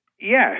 Yes